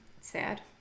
Sad